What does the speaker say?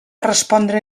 respondre